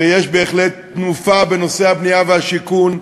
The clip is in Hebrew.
ויש בהחלט תנופה בנושא הבינוי והשיכון,